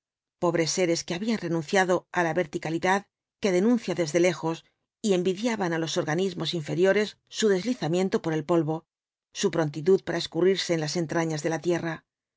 pobres seres que habían renunciado á la verticalidad que denuncia desde lejos y envidiaban á los organismos inferiores su deslizamiento por el polvo su prontitud para escurrirse en las entrañas de la tierra